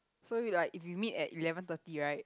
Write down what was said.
so you will like if you meet at eleven thirty right